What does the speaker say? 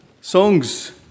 songs